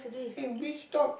eh which dog